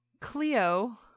Cleo